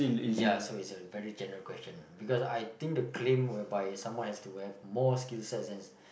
ya so is a very general question because I think the claim whereby someone has to wear more skill sets than